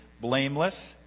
blameless